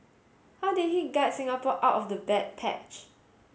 how did he guide Singapore out of the bad patch